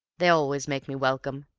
they always make me welcome,